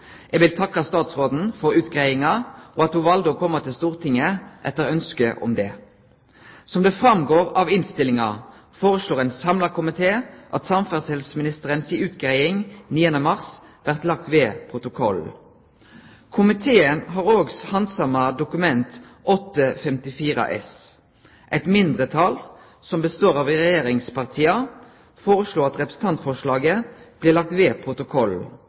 Eg vil takke statsråden for utgreiinga, og for at ho valde å kome til Stortinget etter ønske om det. Som det går fram av innstillinga, føreslår ein samla komité at samferdselsministeren si utgreiing 9. mars blir lagd ved protokollen. Komiteen har òg handsama Dokument 8:54 S for 2009–2010. Eit mindretal som består av regjeringspartia, føreslår at representantforslaget blir lagt ved